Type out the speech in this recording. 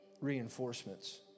reinforcements